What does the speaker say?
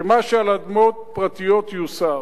שמה שעל אדמות פרטיות יוסר.